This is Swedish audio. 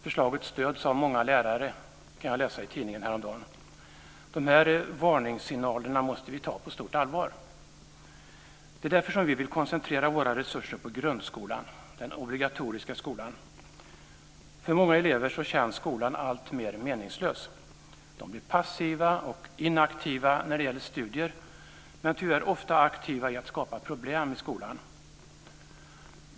Förslaget stöds av många lärare. Detta kunde jag läsa i tidningen häromdagen. Dessa varningssignaler måste vi ta på stort allvar. Det är därför som vi vill koncentrera våra resurser på grundskolan, den obligatoriska skolan. För många elever känns skolan alltmer meningslös. De blir passiva och inaktiva när det gäller studier men tyvärr ofta aktiva i att skapa problem i skolan.